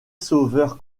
sauveur